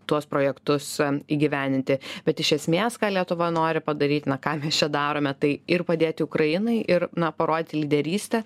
tuos projektus įgyvendinti bet iš esmės ką lietuva nori padaryt na ką mes čia darome tai ir padėti ukrainai ir na parodyti lyderystę